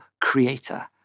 creator